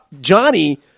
Johnny